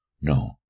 No